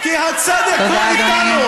כי הצדק הוא איתנו.